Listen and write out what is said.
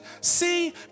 See